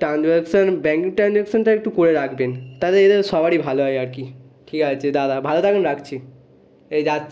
transaction banking ট্রানজাকশনটা একটু করে রাখবেন তাহলে এদের সবারই ভালো হয় আর কী ঠিক আছে দাদা ভালো থাকবেন রাখছি এই যাচ্ছি